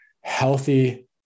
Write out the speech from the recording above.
healthy